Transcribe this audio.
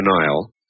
denial